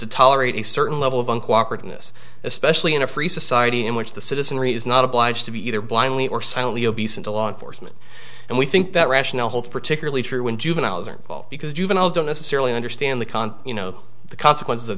to tolerate a certain level of uncooperativeness especially in a free society in which the citizenry is not obliged to be either blindly or silently obese into law enforcement and we think that rationale holds particularly true when juveniles are involved because juveniles don't necessarily understand the con you know the consequences of